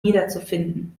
wiederzufinden